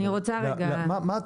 אני רוצה רגע להסביר.